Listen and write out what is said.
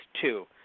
two